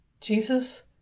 Jesus